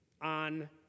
on